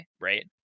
Right